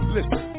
Listen